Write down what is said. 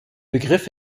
begriff